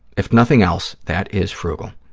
if nothing else, that is frugal.